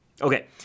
Okay